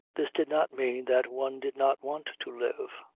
this did not mean that one did not want to live.